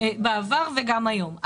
בעבר וגם היום.